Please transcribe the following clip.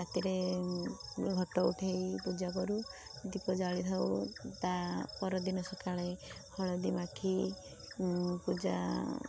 ରାତିରେ ଘଟ ଉଠାଇ ପୂଜା କରୁ ଦୀପ ଜାଳିଥାଉ ତା ପରଦିନ ସକାଳେ ହଳଦୀ ମାଖି ପୂଜା